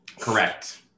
Correct